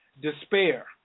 despair